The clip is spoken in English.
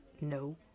No